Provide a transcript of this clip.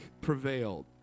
prevailed